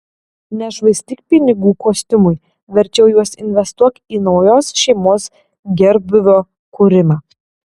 nešvaistyk pinigų kostiumui verčiau juos investuok į naujos šeimos gerbūvio kūrimą